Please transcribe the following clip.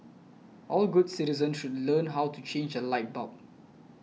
all good citizens should learn how to change a light bulb